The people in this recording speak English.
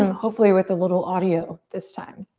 hopefully with a little audio this time.